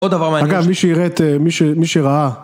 עוד דבר מעניין. אגב מי שיראה את... מי שראה